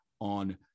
on